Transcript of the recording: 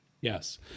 Yes